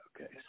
okay